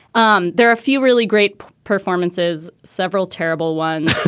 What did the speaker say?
um there are a few really great performances, several terrible ones.